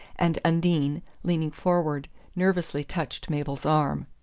and undine, leaning forward, nervously touched mabel's arm.